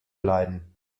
leiden